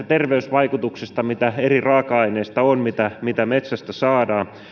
terveysvaikutuksista mitä eri raaka aineissa on mitä mitä metsästä saadaan